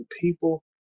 people